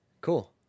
Cool